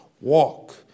walk